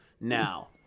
now